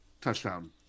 touchdown